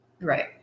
Right